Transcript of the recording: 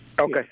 Okay